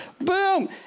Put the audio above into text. Boom